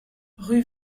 rue